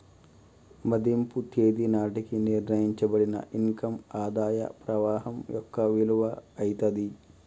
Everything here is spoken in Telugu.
మదింపు తేదీ నాటికి నిర్ణయించబడిన ఇన్ కమ్ ఆదాయ ప్రవాహం యొక్క విలువ అయితాది